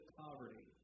poverty